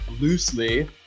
loosely